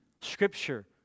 scripture